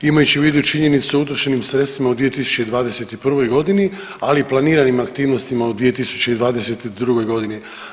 Imajući u vidu činjenicu o utrošenim sredstvima u 2021. godini ali i planiranim aktivnostima u 2022. godini.